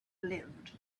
lived